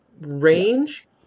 range